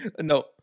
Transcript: No